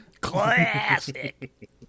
Classic